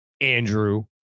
Andrew